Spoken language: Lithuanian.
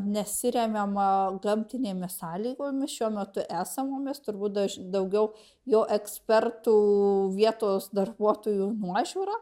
nesiremiama gamtinėmis sąlygomis šiuo metu esamomis turbūt daugiau jo ekspertų vietos darbuotojų nuožiūra